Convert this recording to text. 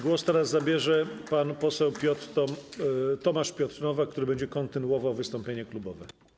Głos teraz zabierze pan poseł Tomasz Piotr Nowak, który będzie kontynuował wystąpienie klubowe.